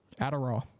Adderall